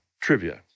Trivia